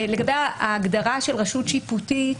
לגבי ההגדרה של רשות שיפוטית,